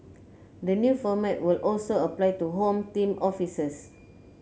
the new format will also apply to Home Team officers